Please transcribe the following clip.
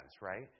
right